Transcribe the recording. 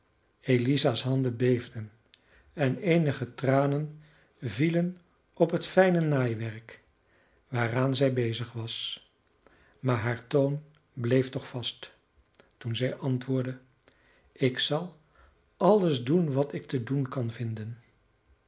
eliza's handen beefden en eenige tranen vielen op het fijne naaiwerk waaraan zij bezig was maar haar toon bleef toch vast toen zij antwoordde ik zal alles doen wat ik te doen kan vinden